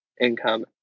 income